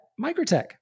microtech